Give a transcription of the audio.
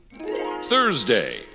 Thursday